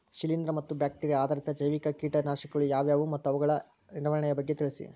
ಶಿಲೇಂದ್ರ ಮತ್ತು ಬ್ಯಾಕ್ಟಿರಿಯಾ ಆಧಾರಿತ ಜೈವಿಕ ಕೇಟನಾಶಕಗಳು ಯಾವುವು ಮತ್ತು ಅವುಗಳ ಕಾರ್ಯನಿರ್ವಹಣೆಯ ಬಗ್ಗೆ ತಿಳಿಸಿ?